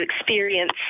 experience